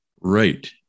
Right